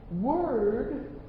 word